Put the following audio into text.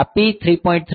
આ P 3